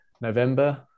November